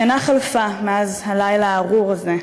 שנה חלפה מאז הלילה הארור הזה.